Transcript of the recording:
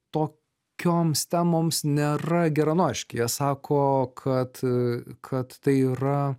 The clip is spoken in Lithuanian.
tokioms temoms nėra geranoriški jie sako kad kad tai yra